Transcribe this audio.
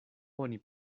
oni